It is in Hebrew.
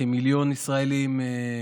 כמיליון ישראלים,